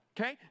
okay